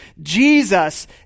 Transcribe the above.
Jesus